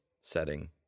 setting